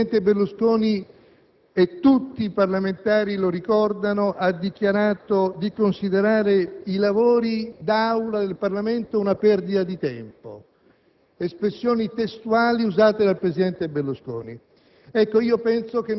*(Ulivo)*. Più volte il presidente Berlusconi - e tutti i parlamentari lo ricordano - ha dichiarato di considerare i lavori d'Aula del Parlamento una perdita di tempo.